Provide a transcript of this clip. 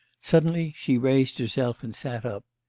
suddenly she raised herself and sat up,